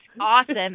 awesome